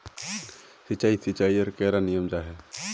सिंचाई सिंचाईर कैडा नियम जाहा?